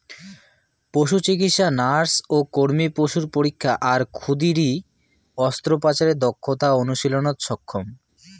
পশুচিকিৎসা nurse ও কর্মী পশুর পরীক্ষা আর ক্ষুদিরী অস্ত্রোপচারের দক্ষতা অনুশীলনত সক্ষম